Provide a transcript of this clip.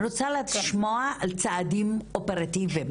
אני רוצה לשמוע על צעדים אופרטיביים.